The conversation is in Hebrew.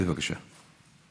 בבקשה.